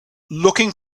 looking